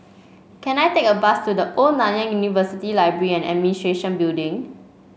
can I take a bus to The Old Nanyang University Library and Administration Building